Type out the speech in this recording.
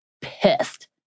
pissed